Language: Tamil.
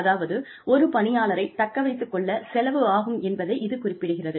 அதாவது ஒரு பணியாளரை தக்க வைத்துக் கொள்ள செலவு ஆகும் என்பதை இது குறிப்பிடுகிறது